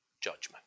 judgment